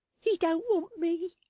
he don't want me